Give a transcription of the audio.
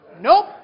nope